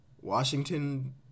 Washington